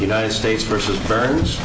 united states versus birds